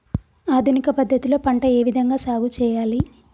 ఆధునిక పద్ధతి లో పంట ఏ విధంగా సాగు చేయాలి?